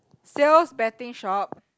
sales betting shop